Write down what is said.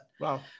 Wow